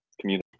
community